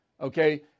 okay